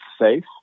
safe